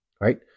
right